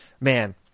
man